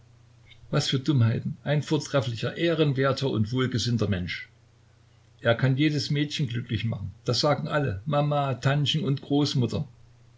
was für dummheiten ein vortrefflicher ehrenwerter und wohlgesinnter mensch er kann jedes mädchen glücklich machen das sagen alle mama tantchen und großmutter